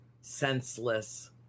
senseless